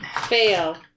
Fail